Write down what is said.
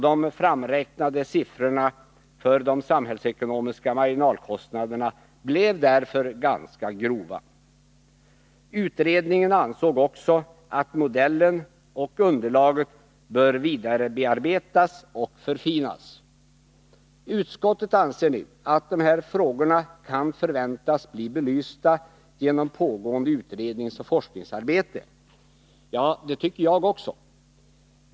De framräknade siffrorna för de samhällsekonomiska marginalkostnaderna blev därför ganska grova. Utredningen ansåg också att modellen och underlaget borde vidarebearbetas och förfinas. Utskottet anser att en ytterligare belysning av de här frågorna kan förväntas genom pågående utredningsoch forskningsarbete. Det tycker jag också.